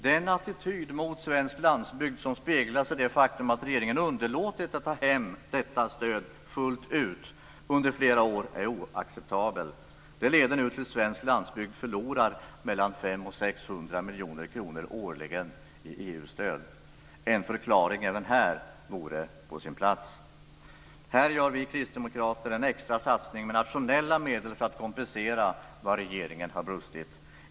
Den attityd mot svensk landsbygd som avspeglas i det faktum att regeringen underlåtit att ta hem detta stöd fullt ut under flera år är oacceptabel. Det leder nu till att svensk landsbygd förlorar 500-600 miljoner kronor årligen i EU-stöd. Även här vore en förklaring på sin plats. Här gör vi kristdemokrater en extra satsning med nationella medel för att kompensera där regeringen har brustit.